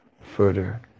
further